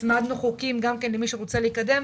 הצמדנו חוקים גם כן למי שרוצה לקדם,